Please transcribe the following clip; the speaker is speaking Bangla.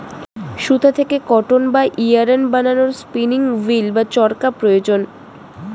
সুতা থেকে কটন বা ইয়ারন্ বানানোর স্পিনিং উঈল্ বা চরকা প্রয়োজন